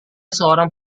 seorang